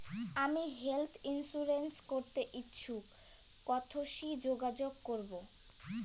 আমি health insurance করতে ইচ্ছুক কথসি যোগাযোগ করবো?